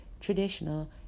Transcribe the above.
traditional